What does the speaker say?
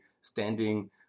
standing